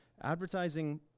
Advertising